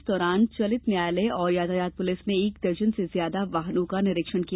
इस दौरान चलित न्यायालय और यातायात पुलिस ने एक दर्जन से ज्यादा वाहनों का निरीक्षण किया